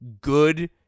good